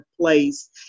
place